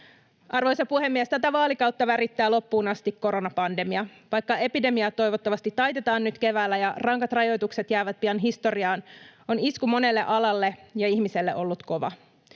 Arvoisa puhemies! Tätä vaalikautta värittää loppuun asti koronapandemia. Vaikka epidemia toivottavasti taitetaan nyt keväällä ja rankat rajoitukset jäävät pian historiaan, on isku monelle alalle ja ihmiselle ollut kova.